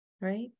right